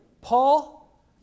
Paul